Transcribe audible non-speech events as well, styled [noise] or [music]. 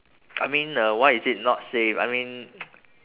I mean uh why is it not safe I mean [noise]